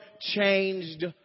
changed